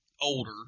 older